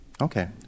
Okay